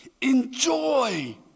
Enjoy